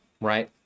right